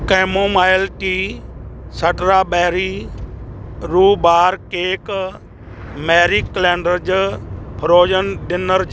chamomile tea strawberry rhubarb cake Marie Callender's frozen dinners